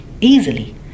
easily